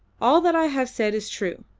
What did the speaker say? all that i have said is true,